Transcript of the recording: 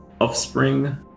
offspring